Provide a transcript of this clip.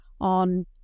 on